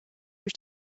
were